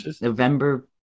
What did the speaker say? November